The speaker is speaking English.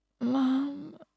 Mom